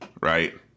right